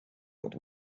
old